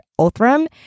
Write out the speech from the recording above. Othram